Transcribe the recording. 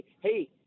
hey